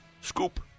scoop